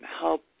help